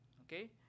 okay